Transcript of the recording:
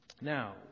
Now